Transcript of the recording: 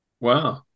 Wow